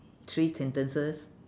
three sentences